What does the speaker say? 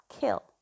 kill